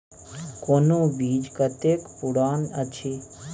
कोनो बीज कतेक पुरान अछि?